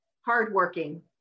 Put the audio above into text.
hardworking